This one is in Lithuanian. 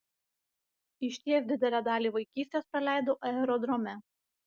išties didelę dalį vaikystės praleidau aerodrome